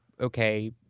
okay